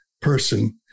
person